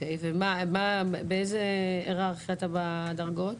באיזו היררכיה אתה בדרגות?